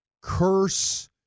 Curse